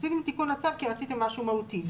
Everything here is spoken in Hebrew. עשיתם תיקון לצו כי עשיתם משהו מהותי.